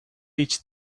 each